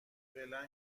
فعلا